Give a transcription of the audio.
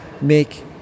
make